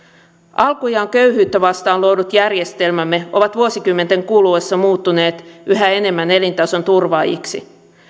alkujaan köyhyyttä vastaan luodut järjestelmämme ovat vuosikymmenten kuluessa muuttuneet yhä enemmän elintason turvaajiksi